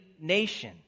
nation